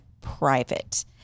private